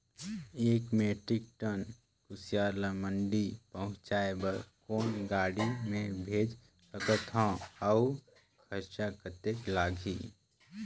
एक metric ton कुसियार ल मंडी पहुंचाय बर कौन गाड़ी मे भेज सकत हव अउ खरचा कतेक लगही?